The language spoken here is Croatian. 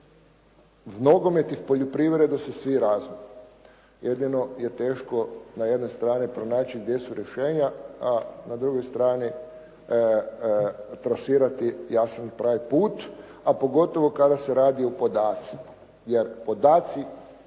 v nogomet i v poljoprivredu se svi razmu, jedino je teško na jednoj strani pronaći gdje su rješenja, a na drugoj strani trasirati jasan i pravi put a pogotovo kada se radi o podacima,